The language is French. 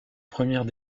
première